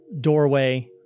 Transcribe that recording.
doorway